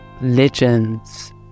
legends